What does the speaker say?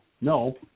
no